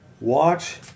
Watch